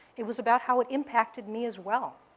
it was about how it impacted me, as well.